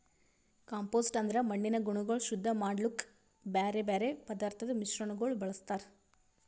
compost ಅಂದುರ್ ಮಣ್ಣಿನ ಗುಣಗೊಳ್ ಶುದ್ಧ ಮಾಡ್ಲುಕ್ ಬ್ಯಾರೆ ಬ್ಯಾರೆ ಪದಾರ್ಥದ್ ಮಿಶ್ರಣಗೊಳ್ ಬಳ್ಸತಾರ್